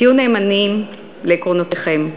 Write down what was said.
היו נאמנים לעקרונותיכם,